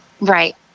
right